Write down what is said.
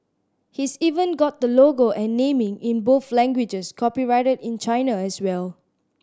he's even got the logo and naming in both languages copyrighted in China as well